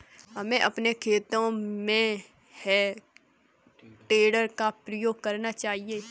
हमें अपने खेतों में हे टेडर का प्रयोग करना चाहिए